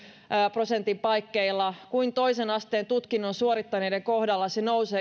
prosentin paikkeilla kun toisen asteen tutkinnon suorittaneiden kohdalla se nousee